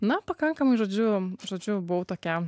na pakankamai žodžiu žodžiu buvau tokia